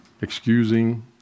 excusing